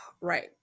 Right